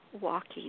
walking